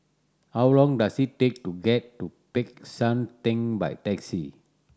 how long does it take to get to Peck San Theng by taxi